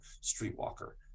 *Streetwalker*